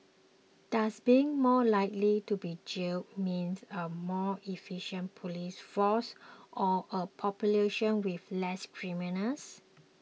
does being more likely to be jailed mean a more efficient police force or a population with less criminals